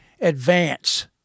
advance